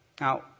Now